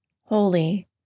holy